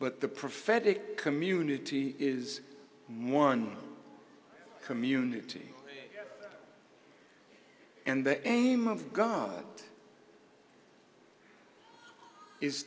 but the prophetic community is one community and their aim of god